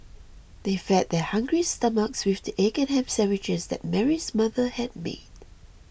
they fed their hungry stomachs with the egg and ham sandwiches that Mary's mother had made